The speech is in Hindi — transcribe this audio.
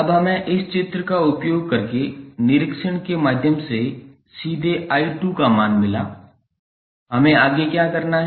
अब हमें इस चित्र का उपयोग करके निरीक्षण के माध्यम से सीधे 𝑖2 का मान मिला हमें आगे क्या करना है